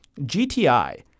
GTI